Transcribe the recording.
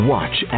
Watch